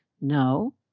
No